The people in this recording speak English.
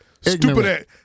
stupid